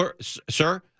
Sir